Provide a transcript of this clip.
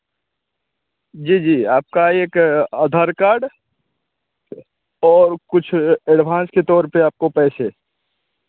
जी जी आपका एक आधार कार्ड और कुछ एडव्हांस के तौर पर आपको पैसे